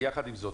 יחד עם זאת,